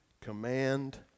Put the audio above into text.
command